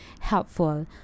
helpful